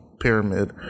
pyramid